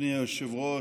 אדוני היושב-ראש,